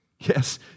Yes